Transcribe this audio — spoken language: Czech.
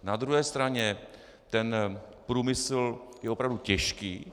Na druhé straně ten průmysl je opravdu těžký.